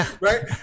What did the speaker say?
right